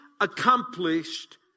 accomplished